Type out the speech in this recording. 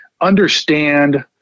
understand